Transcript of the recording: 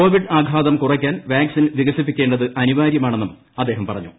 Covid ആഘാതം കുറയ്ക്കാൻ vaccine വികസിപ്പിക്കേണ്ടത് അനിവാര്യമാണെന്നും അദ്ദേഹം പറഞ്ഞു